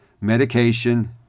medication